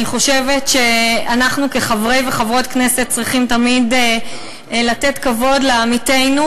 אני חושבת שאנחנו כחברי וחברות כנסת צריכים תמיד לתת כבוד לעמיתינו.